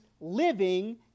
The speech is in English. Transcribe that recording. living